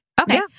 Okay